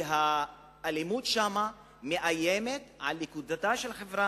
כי האלימות שם מאיימת על לכידותה של חברה,